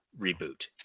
reboot